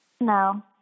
No